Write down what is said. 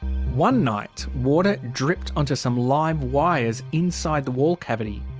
one night, water dripped onto some live wires inside the wall cavity.